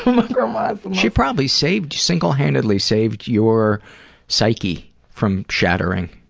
like um ah she probably saved single-handedly saved your psyche from shattering.